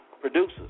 Producers